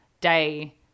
day